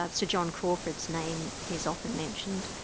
ah sir john crawford's name is often mentioned.